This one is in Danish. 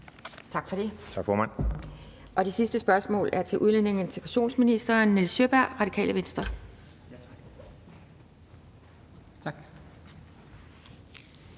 Tak for det. Det sidste spørgsmål er til udlændinge- og integrationsministeren af Nils Sjøberg, Radikale Venstre. Kl.